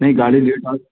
नहीं गाड़ी लेट